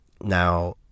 now